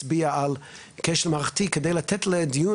הצביעה על כשל מערכתי כדי לתת לדיון